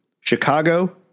Chicago